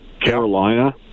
Carolina